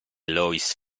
lois